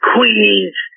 Queens